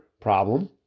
problem